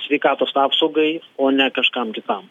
sveikatos apsaugai o ne kažkam kitam